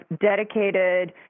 dedicated